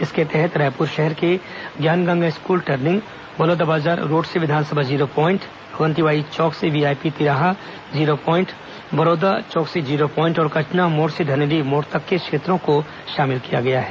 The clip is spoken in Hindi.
इसके तहत रायपुर शहर के Gyanganga school turning Balodabazar road से विधानसभा जीरो प्वाईट अवंति बाई चौक से व्हीआईपी तिराहा जीरो प्वाईट बरौदा चौक से जीरो प्वाईट और कचना मोड़ से धनेली मोड़ तक के क्षेत्रों को शामिल किया गया है